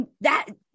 that